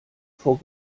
vor